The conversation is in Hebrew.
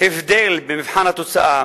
הבדל במבחן התוצאה